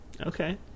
Okay